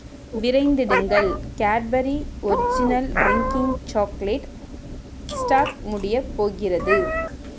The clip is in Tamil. விரைந்திடுங்கள் Cadbury original drinking chocolate stock முடியப் போகிறது